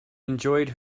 enjoyed